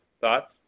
Thoughts